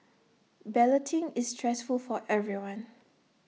balloting is stressful for everyone